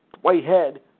whitehead